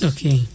Okay